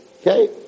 Okay